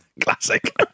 Classic